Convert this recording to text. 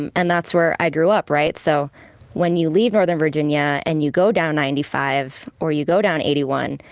and and that's where i grew up, right? so when you leave northern virginia and you go down ninety five or you go down eighty one,